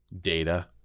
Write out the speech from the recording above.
Data